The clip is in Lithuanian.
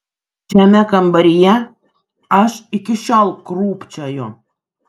šiame kambaryje aš iki šiol krūpčioju